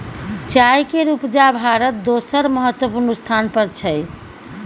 चाय केर उपजा में भारत दोसर महत्वपूर्ण स्थान पर छै